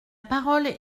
parole